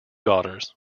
daughters